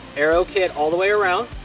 aero kit all the way around.